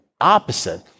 opposite